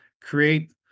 create